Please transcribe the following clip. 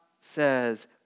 says